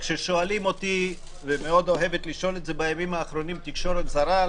כששואלים אותי ומאוד אוהבת לשאול אותי התקשורת הזרה בימים האחרונים